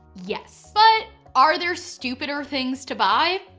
yes, but are there stupider things to buy?